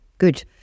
Good